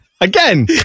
Again